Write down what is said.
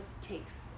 takes